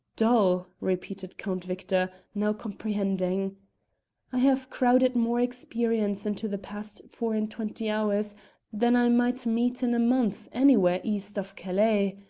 dull! repeated count victor, now comprehending i have crowded more experience into the past four-and-twenty hours than i might meet in a month anywhere east of calais.